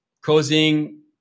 causing